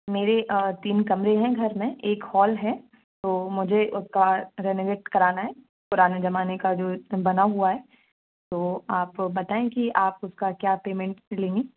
मेरे तीन कमरे हैं घर में एक हॉल है तो मुझे उसका रेनोवेट कराना है पुराने जमाने का जो बना हुआ है तो आप बताऍं कि आप उसका क्या पेमेंट लेंगी